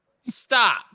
stop